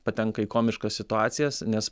patenka į komiškas situacijas nes